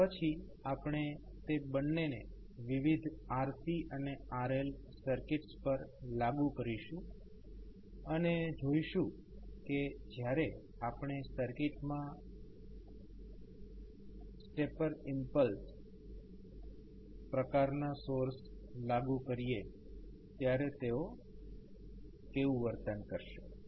અને પછી આપણે તે બંનેને વિવિધ RC અને RL સર્કિટ્સ પર લાગુ કરીશું અને જોઈશું કે જ્યારે આપણે સર્કિટમાં સ્ટેપ અને ઇમ્પલ્સ પ્રકારનાં સોર્સ લાગુ કરીએ ત્યારે તેઓ કેવું વર્તન કરશે